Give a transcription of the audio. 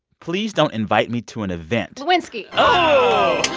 please don't invite me to an event. lewinsky oh oh